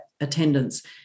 attendance